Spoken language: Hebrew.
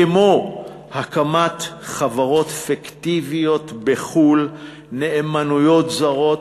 כמו הקמת חברות פיקטיביות בחו"ל, נאמנויות זרות,